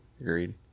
Agreed